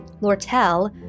Lortel